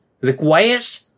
requires